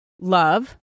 love